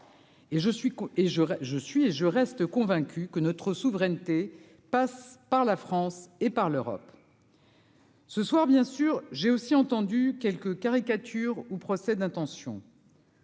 je je suis et je reste convaincu que notre souveraineté passe par la France et par l'Europe. Ce soir, bien sûr, j'ai aussi entendu quelques caricatures ou procès d'intention.